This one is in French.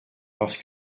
parce